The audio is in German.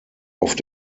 oft